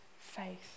faith